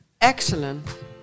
excellent